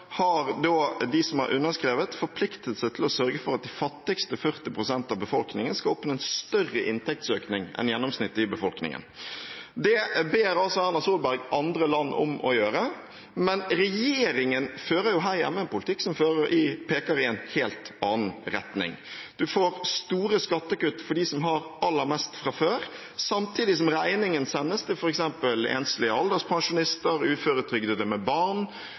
har de som har underskrevet, forpliktet seg til å sørge for at de fattigste 40 pst. av befolkningen skal oppnå en større inntektsøkning enn gjennomsnittet i befolkningen. Det ber altså Erna Solberg andre land om å gjøre, men her hjemme fører regjeringen en politikk som peker i en helt annen retning. En får store skattekutt for dem som har aller mest fra før, samtidig som regningen sendes til f.eks. enslige alderspensjonister, uføretrygdede med barn,